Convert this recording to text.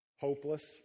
hopeless